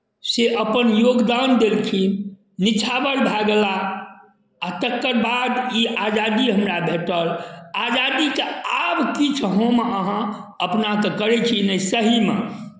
से अपन योगदान देलखिन निछावर भए गेला आ तकर बाद ई आजादी हमरा भेटल आजादीके आब किछु हम अहाँ अपना तऽ करै छी नहि सहीमे